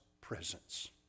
presence